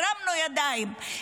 הרמנו ידיים,